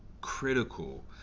critical